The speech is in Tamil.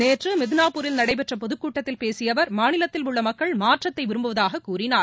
நேற்று மித்னாபூரில் நடைபெற்ற பொதுக்கூட்டத்தில் பேசிய அவர் மாநிலத்தில் உள்ள மக்கள் மாற்றத்தை விரும்புவதாக கூறினார்